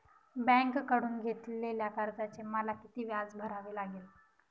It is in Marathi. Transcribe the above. बँकेकडून घेतलेल्या कर्जाचे मला किती व्याज भरावे लागेल?